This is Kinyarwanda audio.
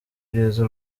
ibyiza